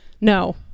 no